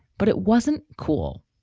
but it wasn't cool.